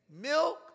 Milk